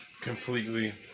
completely